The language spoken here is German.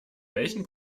welchen